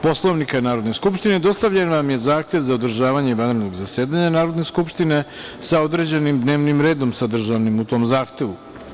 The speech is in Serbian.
Poslovnika Narodne skupštine, dostavljen vam je Zahtev za održavanje vanrednog zasedanja Narodne skupštine sa određenim dnevnim redom sadržanim u tom zahtevu.